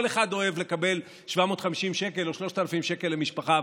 כל אחד אוהב לקבל 750 שקל או 3,000 שקל למשפחה,